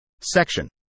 Section